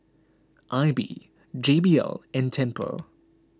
Aibi J B L and Tempur